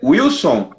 Wilson